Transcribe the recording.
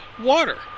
water